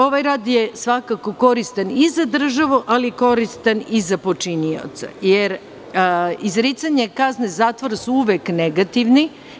Ovaj rad je svakako koristan i za državu, ali koristan je i za počinioce, jer izricanje kazne zatvora su uvek negativne.